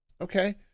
Okay